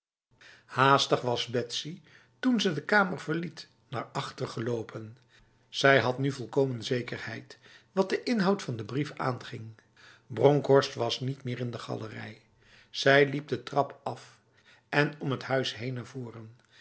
haastig was betsy toen ze de kamer verliet naar achter gelopen zij had nu volkomen zekerheid wat de inhoud van de brief aanging bronkhorst was niet meer in de galerij zij liep de trap af en om t huis heen